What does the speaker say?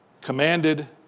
commanded